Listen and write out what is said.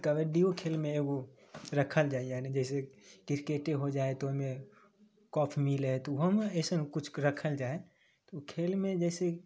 तऽ कबड्डीयो खेलमे एगो रखल जाइ हइ यानि जैसे क्रिकेटे हो जाइ हइ तऽ ओहिमे कप मिले हय तऽ उहो मे अइसन कुछ रक्खल जाए हय खेल मे जैसे